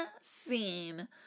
scene